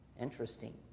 Interesting